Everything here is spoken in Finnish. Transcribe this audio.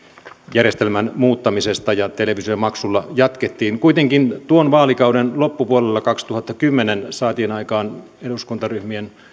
järjestelmän muuttamisesta ja televisiomaksulla jatkettiin kuitenkin tuon vaalikauden loppupuolella kaksituhattakymmenen saatiin aikaan eduskuntaryhmien